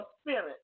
spirit